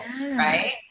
right